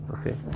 Okay